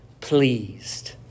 pleased